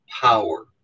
power